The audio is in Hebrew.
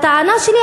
הטענה שלי,